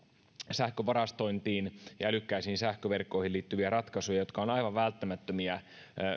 sähkön varastointiin ja älykkäisiin sähköverkkoihin liittyviä ratkaisuja jotka ovat aivan välttämättömiä